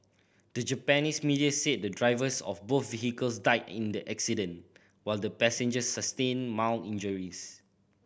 the Japanese media said the drivers of both vehicles died in the accident while the passengers sustained mild injuries